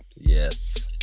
Yes